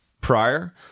prior